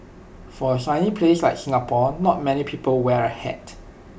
for A sunny place like Singapore not many people wear A hat